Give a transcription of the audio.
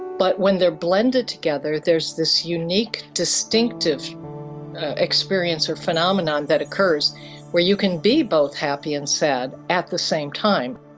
but when they are blended together there's this unique, distinctive experience or phenomenon that occurs where you can be both happy and sad at the same time.